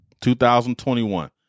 2021